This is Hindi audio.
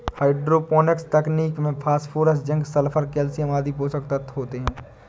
हाइड्रोपोनिक्स तकनीक में फास्फोरस, जिंक, सल्फर, कैल्शयम आदि पोषक तत्व होते है